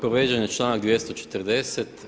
Povrijeđen je članak 240.